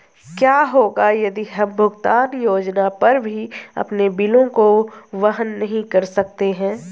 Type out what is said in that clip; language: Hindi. क्या होगा यदि हम भुगतान योजना पर भी अपने बिलों को वहन नहीं कर सकते हैं?